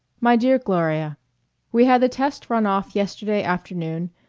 my dear gloria we had the test run off yesterday afternoon,